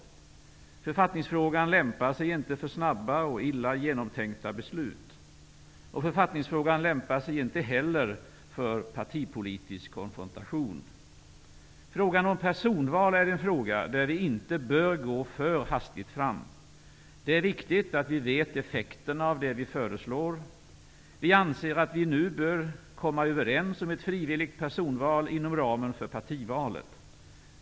Författningsfrågan lämpar sig inte för snabba och illa genomtänkta beslut. Författningsfrågan lämpar sig inte heller för partipolitisk konfrontation. Frågan om personval är en fråga där vi inte bör gå för hastigt fram. Det är viktigt att vi vet effekterna av det vi föreslår. Vi anser att vi nu bör komma överens om ett frivilligt personval inom ramen för partivalet.